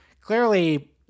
clearly